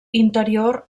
interior